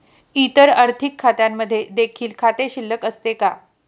इतर आर्थिक खात्यांमध्ये देखील खाते शिल्लक असते का?